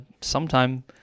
sometime